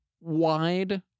wide